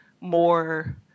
more